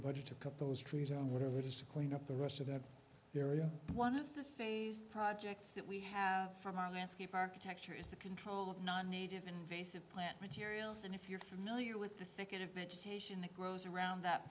budget to cut those trees out whatever it is to clean up the rest of that area one of the phased projects that we have from our landscape architecture is the control of non native invasive plant materials and if you're familiar with the thicket of vegetation that grows around that